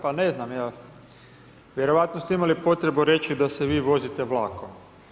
Pa ne znam, evo, vjerojatno ste imali potrebu reći da se vi vozite vlakom.